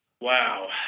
Wow